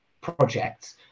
projects